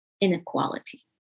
inequality